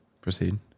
proceed